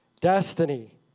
Destiny